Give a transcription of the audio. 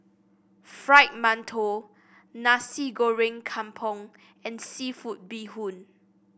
Fried Mantou Nasi Goreng Kampung and seafood Bee Hoon